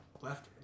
Left